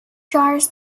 jars